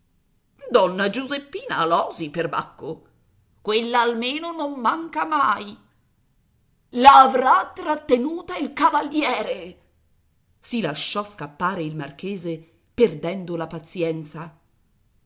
donna giuseppina alòsi per bacco quella almeno non manca mai l'avrà trattenuta il cavaliere si lasciò scappare il marchese perdendo la pazienza